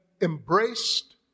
embraced